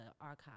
archive